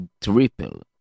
triple